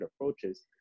approaches